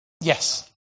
yes